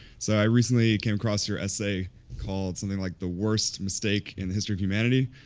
so i recently came across your essay called something like the worst mistake in the history of humanity.